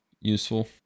useful